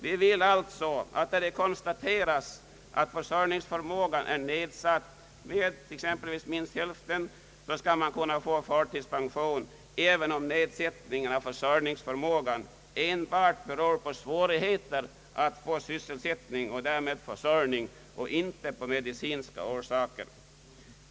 Vi vill alltså att när det konstaterats att försörjningsförmågan är nedsatt med t.ex. minst hälften skall man kunna få förtidspension, även om nedsättningen av försörjningsförmågan enbart beror på svårigheter att få sysselsättning — och därmed försörjning — och inte på medicinska faktorer.